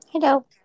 Hello